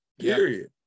Period